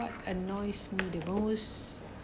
what annoys me the most